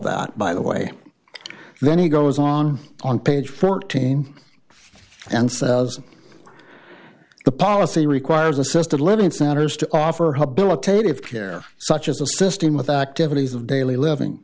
that by the way then he goes on on page fourteen and says the policy requires assisted living centers to offer habilitated of care such as assisting with activities of daily living